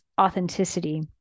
authenticity